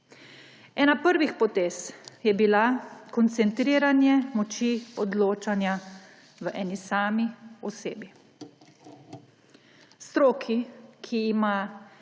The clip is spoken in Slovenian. Ena prvih potez je bila koncertiranje moči odločanja v eni sami osebi.